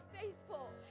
faithful